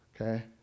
okay